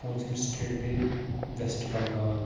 پوٗنٛژِم سٹیٹ گٔے وٮ۪سٹہٕ بَنٛگال